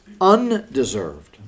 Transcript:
undeserved